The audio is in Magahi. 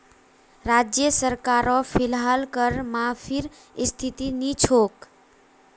राज्य सरकारो फिलहाल कर माफीर स्थितित नी छोक